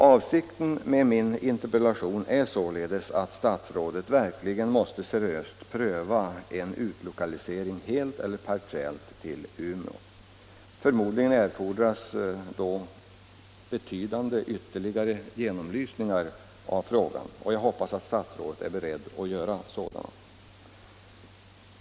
Avsikten med min interpellation är således att statsrådet verkligen måtte seriöst pröva en utlokalisering helt eller partiellt till Umeå. Förmodligen erfordras då ytterligare betydande genomlysningar av frågan och jag hoppas att statsrådet är beredd att göra sådana.